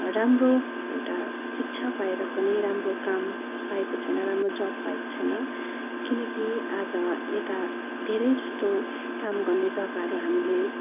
राम्रो एउटा शिक्षा पाएर पनि राम्रो काम पाएको छैन राम्रो जब पाएको छैन किनकि आज यता धेरै जस्तो काम गर्ने जग्गाहरू हामीले